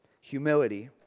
Humility